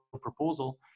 proposal